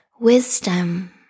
wisdom